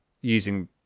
using